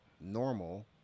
normal